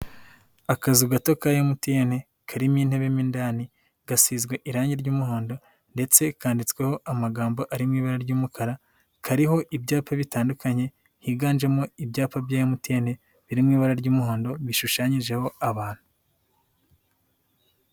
Akazu gato ka MTN, karimo intebe mo indani, gasizwe irangi ry'umuhondo ndetse kandiditsweho amagambo ari mu ibara ry'umukara, kariho ibyapa bitandukanye higanjemo ibyapa bya MTN, biri mu ibara ry'umuhondo bishushanyijeho abantu.